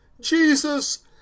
Jesus